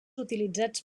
utilitzats